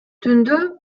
түндө